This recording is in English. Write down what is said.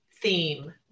theme